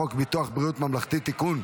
אני קובע כי הצעת חוק הממשלה (תיקון,